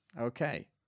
Okay